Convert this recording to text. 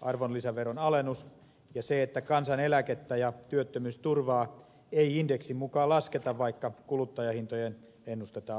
arvonlisäveron alennuksen ja sen että kansaneläkettä ja työttömyysturvaa ei indeksin mukaan lasketa vaikka kuluttajahintojen ennustetaan laskevan